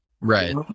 right